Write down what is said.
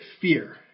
fear